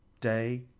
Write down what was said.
day